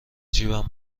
جیبم